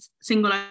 single